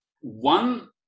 one